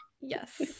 Yes